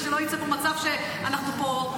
כדי שלא ייצא פה מצב שאנחנו טועים,